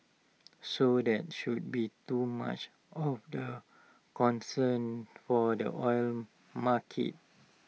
so that should be too much of A concern for the oil market